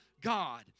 God